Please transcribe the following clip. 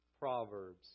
Proverbs